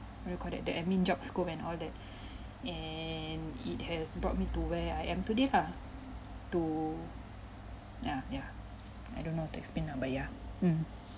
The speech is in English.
what do you call that the admin job scope and all that and it has brought me to where I am today lah to yeah yeah I don't know how to explain ah but yeah mm